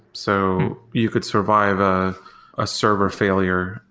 so you could survive a ah server failure.